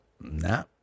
nah